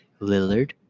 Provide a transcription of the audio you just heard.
Lillard